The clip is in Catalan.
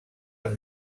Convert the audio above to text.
amb